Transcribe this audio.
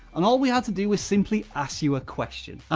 and all we had to do was simply ask you a question.